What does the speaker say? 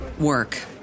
work